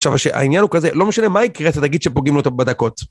עכשיו, שהעניין הוא כזה, לא משנה מה יקרה, אתה תגיד שפוגעים לו את הבדקות.